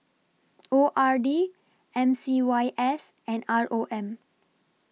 O R D M C Y S and R O M